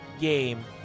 game